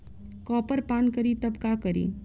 Copper पान करी तब का करी?